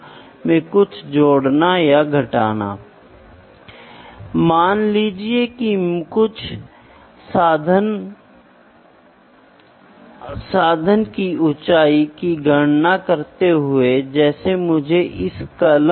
यह दूरी के साथ लिंक में हो सकता है जो मैंने मीटर के रूप में सात बुनियादी में कहा था